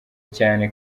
cyane